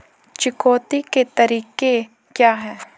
चुकौती के तरीके क्या हैं?